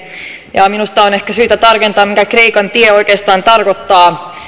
ja minusta on ehkä syytä tarkentaa mitä kreikan tie oikeastaan tarkoittaa